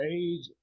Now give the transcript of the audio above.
age